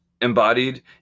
embodied